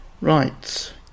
Right